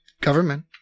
government